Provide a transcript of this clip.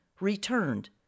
returned